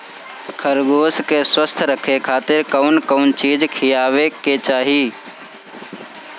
खरगोश के स्वस्थ रखे खातिर कउन कउन चिज खिआवे के चाही?